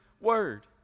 word